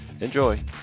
Enjoy